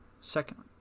second